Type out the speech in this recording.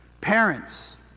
Parents